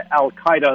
al-Qaeda